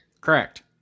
Correct